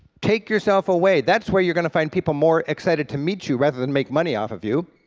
take yourself away. that's where you're going to find people more excited to meet you, rather than make money off of you.